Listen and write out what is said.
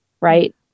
right